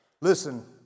Listen